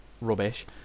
Rubbish